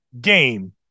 game